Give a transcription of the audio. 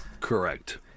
Correct